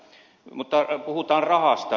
mutta puhutaan rahasta